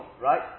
right